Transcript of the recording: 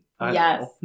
Yes